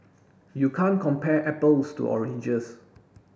you can't compare apples to oranges